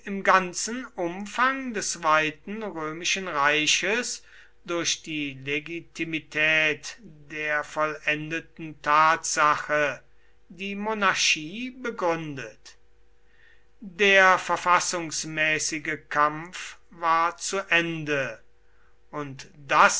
im ganzen umfang des weiten römischen reiches durch die legitimität der vollendeten tatsache die monarchie begründet der verfassungsmäßige kampf war zu ende und daß